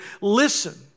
listen